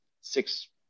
six